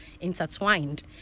intertwined